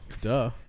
Duh